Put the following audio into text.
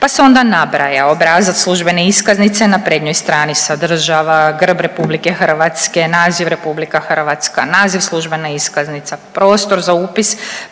Pa se onda nabraja obrazac službene iskaznice na prednjoj strni sadržava grb RH, naziv RH, naziv službena iskaznica, prostor za upis